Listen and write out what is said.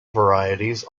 varieties